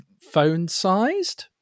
phone-sized